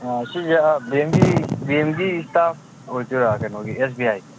ꯁꯤꯁꯦ ꯕꯦꯡꯛꯒꯤ ꯕꯦꯡꯛꯒꯤ ꯏꯁꯇꯥꯐ ꯑꯣꯏꯗꯣꯏꯔ ꯀꯩꯅꯣꯒꯤ ꯑꯦꯁ ꯕꯤ ꯑꯥꯏꯒꯤ